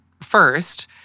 first